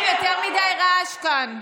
חברים, יותר מדי רעש כאן.